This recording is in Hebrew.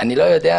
אני לא יודע.